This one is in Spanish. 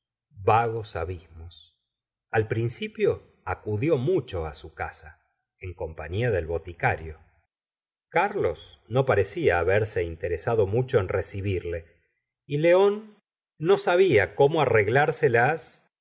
vagos abismos al principio acudió mucho a su casa en compama del boticario carlos no parecía haberse interesado mucho en recibirle y león no sabía cómo arreglárselas